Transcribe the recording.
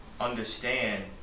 understand